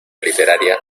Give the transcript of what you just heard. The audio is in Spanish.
literaria